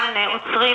אחר,